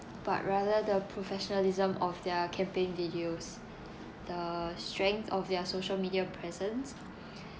but rather the professionalism of their campaign videos the strength of their social media presence the